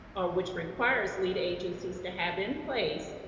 which requires lead agencies to have in place,